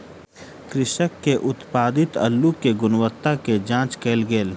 कृषक के उत्पादित अल्लु के गुणवत्ता के जांच कएल गेल